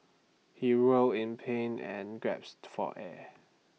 he writhe in pain and gasped for air